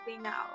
now